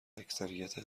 اکثریت